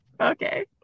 okay